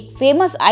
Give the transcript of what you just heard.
famous